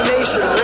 Nation